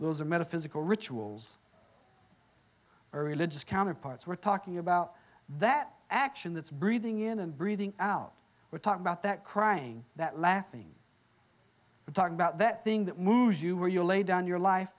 those are metaphysical rituals or religious counterparts we're talking about that action that's breathing in and breathing out we're talking about that crying that laughing i'm talking about that thing that moves you where you lay down your life